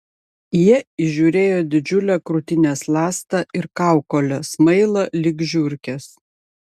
jie įžiūrėjo didžiulę krūtinės ląstą ir kaukolę smailą lyg žiurkės